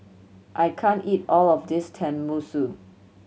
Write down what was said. I can't eat all of this Tenmusu